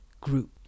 group